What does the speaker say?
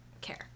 care